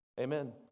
Amen